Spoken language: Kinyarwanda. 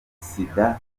sida